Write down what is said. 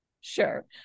Sure